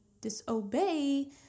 disobey